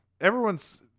everyone's